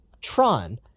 Tron